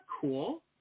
cool